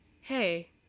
hey